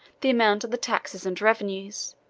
the amount of the taxes and revenues,